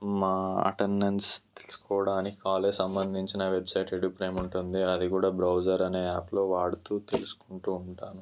మా అటెండన్స్ తెలుసుకోడానికి కాలేజీ సంబంధించిన వెబ్సైట్ ఎడ్యుప్రైమ్ ఉంటుంది అది కూడా బ్రౌజర్ అనే యాప్లో వాడుతూ తెలుసుకుంటూ ఉంటాను